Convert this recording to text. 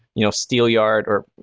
you know, steel yard or